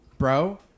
Bro